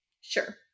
Sure